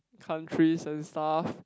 countries and stuff